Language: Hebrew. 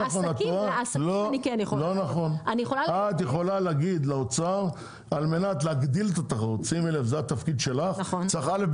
את יכולה להגיד לאוצר שעל מנת להגדיל את התחרות צריך לעשות א',